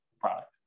product